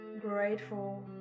grateful